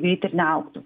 greitai ir neaugtų